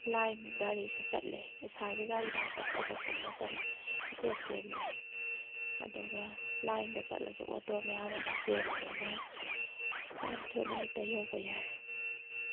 line ꯒꯥꯔꯤꯁꯨ ꯆꯠꯂꯤ ꯏꯁꯥꯒꯤ ꯒꯥꯔꯤꯅ ꯆꯠꯄꯗꯁꯨ ꯃꯇꯝ ꯏꯇꯦꯟ ꯇꯦꯜꯂꯤ ꯑꯗꯨꯒ ꯂꯥꯏꯟꯗ ꯆꯠꯂꯁꯨ ꯑꯣꯇꯣ ꯃꯌꯥꯝ ꯑꯃ ꯆꯦꯟꯕꯅꯤꯅ ꯌꯥꯝ ꯊꯨꯅ ꯍꯦꯛꯇ ꯌꯧꯕ ꯌꯥꯏ